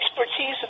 expertise